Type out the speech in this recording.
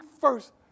first